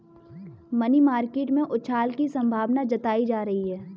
money market में उछाल की संभावना जताई जा रही है